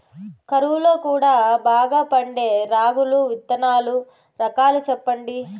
కరువు లో కూడా బాగా పండే రాగులు విత్తనాలు రకాలు చెప్పండి?